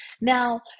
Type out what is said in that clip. Now